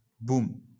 boom